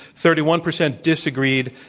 thirty one percent disagreed,